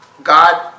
God